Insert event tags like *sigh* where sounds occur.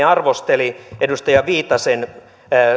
*unintelligible* arvosteli edustaja viitasen